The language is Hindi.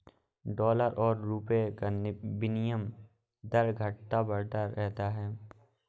डॉलर और रूपए का विनियम दर घटता बढ़ता रहता है